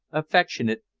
affectionate,